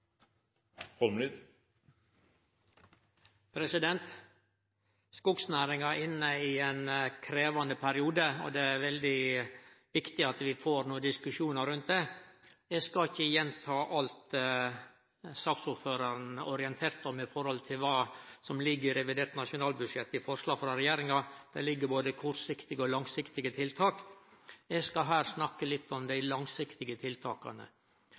til. Skognæringa er inne i ein krevjande periode, og det er veldig viktig at vi no får diskusjonar rundt det. Eg skal ikkje gjenta alt saksordføraren orienterte om når det gjeld det som ligg i revidert nasjonalbudsjett i forslaget frå regjeringa. Der ligg både kortsiktige og langsiktige tiltak. Eg skal her snakke litt om dei langsiktige tiltaka.